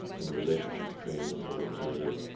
and the relationship between a representative.